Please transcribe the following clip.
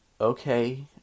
okay